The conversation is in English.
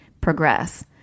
progress